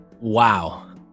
Wow